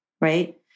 right